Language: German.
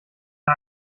der